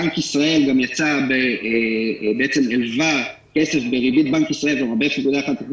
בנק ישראל גם הילווה כסף בריבית בנק ישראל לבנקים,